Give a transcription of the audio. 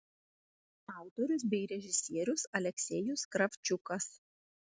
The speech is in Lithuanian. autorius bei režisierius aleksejus kravčiukas